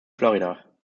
florida